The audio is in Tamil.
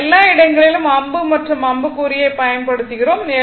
எல்லா இடங்களிலும் அம்பு மற்றும் அம்புக்குறியை பயன்படுத்துகிறோம்